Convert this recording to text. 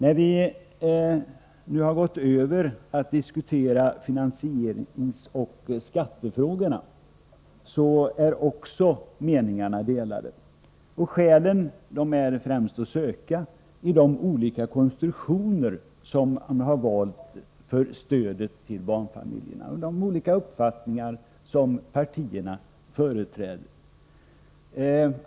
När vi nu har gått över till att diskutera finansieringsoch skattefrågorna, är meningarna också delade. Skälen är främst att söka i de olika konstruktioner som man har valt för stödet till barnfamiljerna och de olika uppfattningar som partierna företräder.